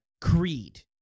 creed